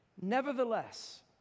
Nevertheless